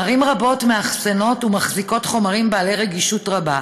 ערים רבות מאחסנות ומחזיקות חומרים בעלי רגישות רבה.